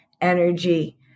energy